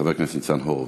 חבר הכנסת ניצן הורוביץ.